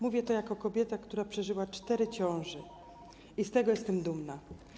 Mówię to jako kobieta, która przeżyła cztery ciąże, i z tego jestem dumna.